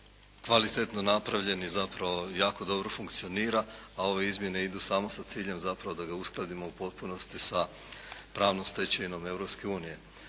kvalitetno napravljen i zapravo jako dobro funkcionira, a ove izmjene idu samo sa ciljem zapravo da ga uskladimo u potpunosti sa pravnom stečevinom